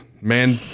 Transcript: Man